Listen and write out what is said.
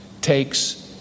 Takes